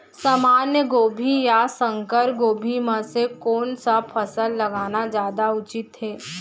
सामान्य गोभी या संकर गोभी म से कोन स फसल लगाना जादा उचित हे?